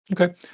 Okay